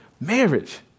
marriage